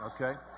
okay